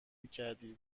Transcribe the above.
میکردی